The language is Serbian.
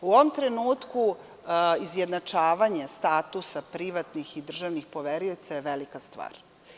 U ovom trenutku izjednačavanje statusa privatnih i državnih poverioca je velika stvar.